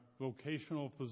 vocational